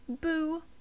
Boo